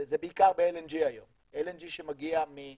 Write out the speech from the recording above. זה בעיקר ב-LNG היום, LNG שמגיע מהעולם.